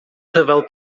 rhyfel